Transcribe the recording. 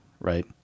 Right